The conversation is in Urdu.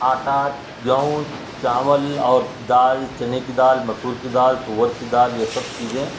آٹا گیہوں چاول اور دال چنے کی دال مسور کی دال تور کی دال یہ سب چیزیں